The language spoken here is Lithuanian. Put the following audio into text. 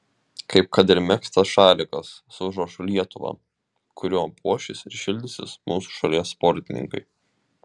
kaip kad ir megztas šalikas su užrašu lietuva kuriuo puošis ir šildysis mūsų šalies sportininkai